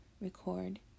record